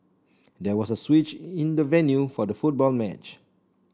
there was a switch in the venue for the football match